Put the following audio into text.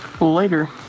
later